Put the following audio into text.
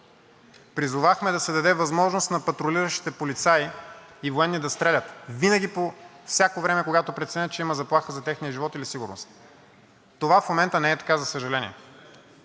Призовахме да се даде възможност на патрулиращите полицаи и военни да стрелят винаги и по всяко време, когато преценят, че има заплаха за техния живот или сигурност. Това в момента не е така, за съжаление.